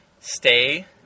stay